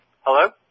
Hello